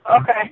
Okay